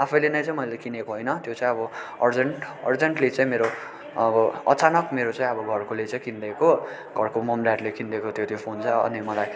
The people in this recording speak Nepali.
आफैले नै चाहिँ मैले किनेको होइन त्यो चाहिँ अब अर्जेन्ट अर्जेन्टली चाहिँ मेरो अब अचानक मेरो चाहिँ अब घरकोले चाहिँ किनिदिएको घरको मम ड्याडले किनिदिएको थियो त्यो फोन चाहिँ अनि मलाई